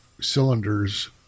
cylinder's